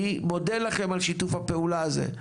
אני מודה לכם על שיתוף הפעולה הזה.